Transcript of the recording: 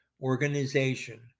organization